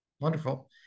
Wonderful